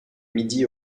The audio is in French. midi